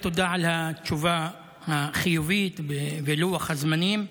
תודה על התשובה החיובית ולוח הזמנים.